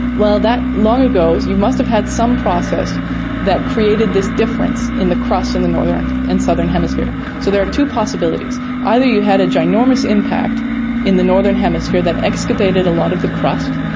that long ago you must have had some process that created this difference in the crust in the northern and southern hemisphere. so there are two possibilities either you had a ginormous impact in the northern hemisphere that excavated a lot of the crust,